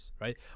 right